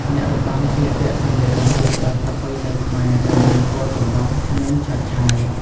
អ្នករបាំស្លៀកពាក់សម្លៀកបំពាក់បែបប្រពៃណីខ្មែរ ដែលមានពណ៌ចម្រុះ និងឆើតឆាយ។